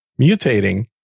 mutating